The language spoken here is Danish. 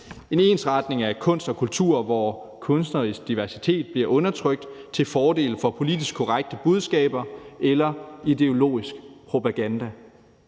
en ensretning af kunst og kultur, hvor kunstnerisk diversitet bliver undertrykt til fordel for politisk korrekte budskaber eller ideologisk propaganda.